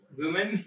women